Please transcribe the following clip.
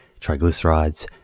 triglycerides